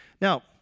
Now